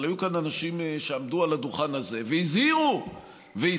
אבל היו כאן אנשים שעמדו על הדוכן הזה והזהירו והתריעו,